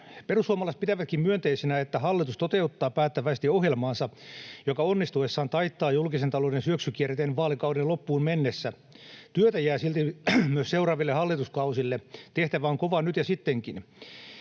Perussuomalaiset pitävätkin myönteisenä, että hallitus toteuttaa päättäväisesti ohjelmaansa, joka onnistuessaan taittaa julkisen talouden syöksykierteen vaalikauden loppuun mennessä. Työtä jää silti myös seuraaville hallituskausille. Tehtävä on kova nyt ja sittenkin.